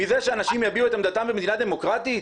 מזה שאנשים יביעו את עמדתם במדינה דמוקרטית?